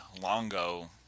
Longo